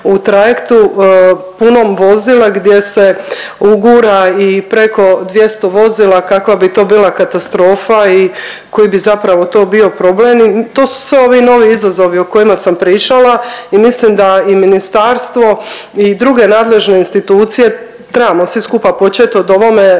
u trajektu punom vozila, gdje se ugura i preko 200 vozila kakva bi to bila katastrofa i koji bi zapravo bio problem. To su sve ovi novi izazovi o kojima sam pričala i mislim da i ministarstvo i druge nadležne institucije, trebamo svi skupa počet o ovome razmišljati